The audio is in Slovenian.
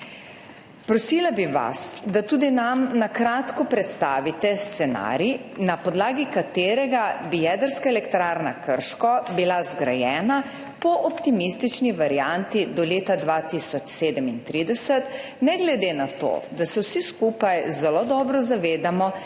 Prosila bi vas, da tudi nam na kratko predstavite scenarij, na podlagi katerega bi bila jedrska elektrarna Krško po optimistični varianti zgrajena do leta 2037, ne glede na to, da se vsi skupaj zelo dobro zavedamo,